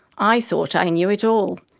i thought i knew it all,